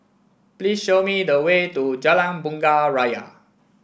please show me the way to Jalan Bunga Raya